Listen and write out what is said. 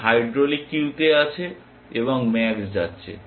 এটা হাইড্রোলিক কিউতে আছে এবং ম্যাক্স যাচ্ছে